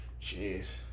Jeez